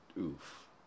Oof